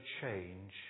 change